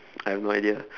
I have no idea